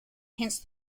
hence